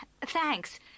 Thanks